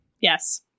Yes